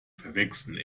verwechseln